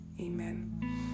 amen